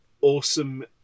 awesome